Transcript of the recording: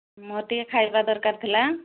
ମୋର ଟିକେ ଖାଇବା ଦରକାର ଥିଲା